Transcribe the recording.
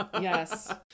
Yes